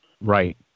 Right